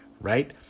right